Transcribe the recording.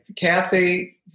Kathy